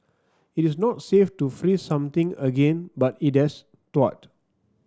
it is not safe to freeze something again but it has thawed